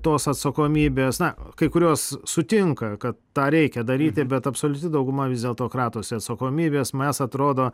tos atsakomybės na kai kurios sutinka kad tą reikia daryti bet absoliuti dauguma vis dėlto kratosi atsakomybės mes atrodo